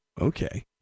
Okay